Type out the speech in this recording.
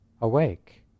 awake